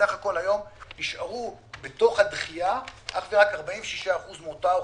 בסך הכול היום נשארו בתוך הדחייה אך ורק 46% מאותה אוכלוסייה.